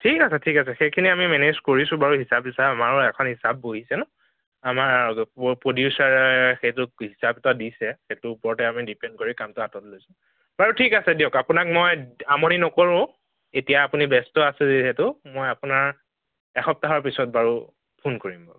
ঠিক আছে ঠিক আছে সেইখিনি আমি মেনেজ কৰিছোঁ বাৰু হিচাপ চিচাপ আমাৰো এখন হিচাপ বহিছে ন আমাৰ প্ৰ প্ৰডিউচাৰে সেইটো হিচাপ এটা দিছে সেইটোৰ ওপৰতে আমি ডিপেণ্ড কৰি কামটো হাতত লৈছোঁ বাৰু ঠিক আছে দিয়ক আপোনাক মই আমনি নকৰোঁ এতিয়া আপুনি ব্য়স্ত আছে যিহেতু মই আপোনাক এসপ্তাহৰ পিছত বাৰু ফোন কৰিম